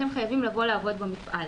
אתם חייבים לבוא לעבוד במפעל.